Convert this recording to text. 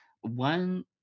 One